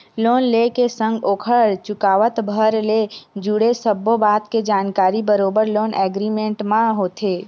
loan ले के संग ओखर चुकावत भर ले जुड़े सब्बो बात के जानकारी बरोबर लोन एग्रीमेंट म होथे